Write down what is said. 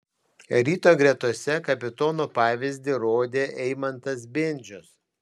ryto gretose kapitono pavyzdį rodė eimantas bendžius